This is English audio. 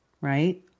right